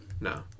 No